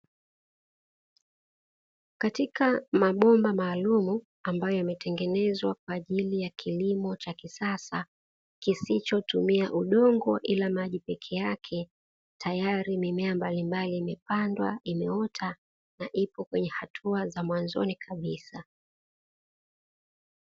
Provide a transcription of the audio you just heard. Katika mabomba maalumu yaliyotengenezwa kwa ajili ya kilimo cha kisasa, kisichotumia udongo Bali maji pekee. Tayari mimea mbalimbali imepandwa imeota na ipo kwenye hatua za mwanzoni kabisa.